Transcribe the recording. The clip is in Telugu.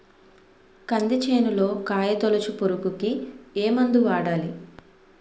కంది చేనులో కాయతోలుచు పురుగుకి ఏ మందు వాడాలి?